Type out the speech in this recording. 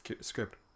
script